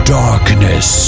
darkness